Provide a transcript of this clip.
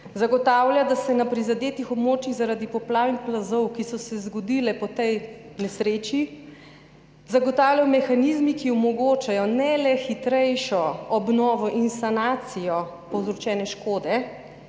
Zagotavlja, da se na prizadetih območjih zaradi poplav in plazov, ki so se zgodile po tej nesreči, zagotavljajo mehanizmi, ki omogočajo ne le hitrejšo obnovo in sanacijo povzročene škode,